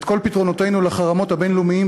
את כל פתרונותינו לעניין החרמות הבין-לאומיים,